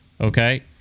Okay